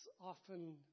often